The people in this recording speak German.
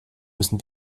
müssen